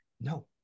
No